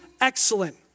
excellent